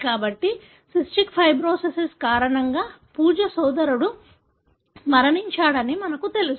కాబట్టి cystic fibrosis కారణంగా పూజ సోదరుడు మరణించాడని మాకు తెలుసు